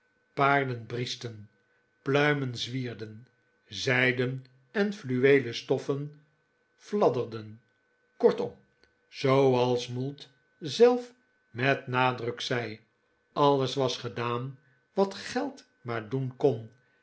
paarden brieschten pluimen zwierden zijden en fluweelen stoffen fladderden kortom zooals mould zelf met nadruk zei alles was gedaan wat geld maar doen kon